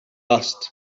asked